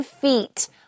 Feet